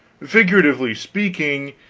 figuratively speaking,